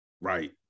Right